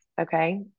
Okay